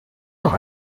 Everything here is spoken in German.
noch